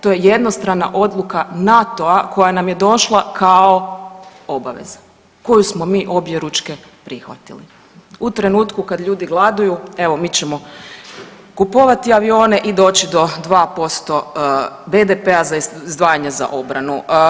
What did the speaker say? To je jednostrana odluka NATO-a koja nam je došla kao obaveza koju smo mi objeručke prihvatili u trenutku kad ljudi gladuju, evo, mi ćemo kupovati avione i doći do 2% BDP-a za izdvajanje za obranu.